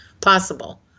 possible